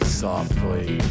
softly